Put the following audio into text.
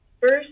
first